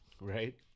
Right